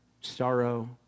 sorrow